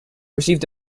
received